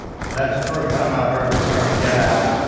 so that's the first time i heard the term get out.